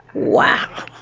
wow.